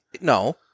No